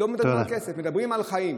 לא מדברים על כסף, מדברים על חיים.